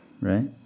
right